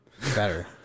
Better